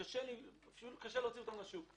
שקשה להוציא אותם לשוק.